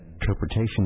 interpretation